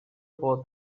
for